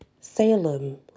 Salem